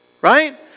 right